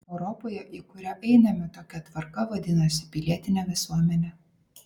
europoje į kurią einame tokia tvarka vadinasi pilietine visuomene